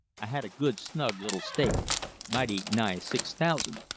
i had a good snug little stake mighty nigh six thousand.